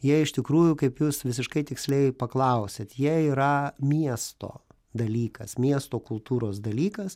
jie iš tikrųjų kaip jūs visiškai tiksliai paklausėt jie yra miesto dalykas miesto kultūros dalykas